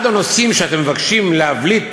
אחד הנושאים שאתם מבקשים להבליט,